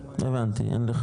להביא מים אליו -- הבנתי אין לך